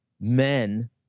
men